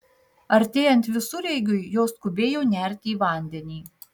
artėjant visureigiui jos skubėjo nerti į vandenį